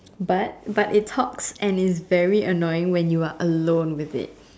but but it talks and it's very annoying when you are alone with it